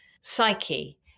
psyche